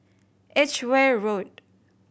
Edgeware Road